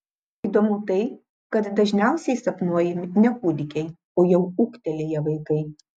įdomu tai kad dažniausiai sapnuojami ne kūdikiai o jau ūgtelėję vaikai